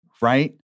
Right